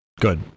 Good